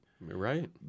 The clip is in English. Right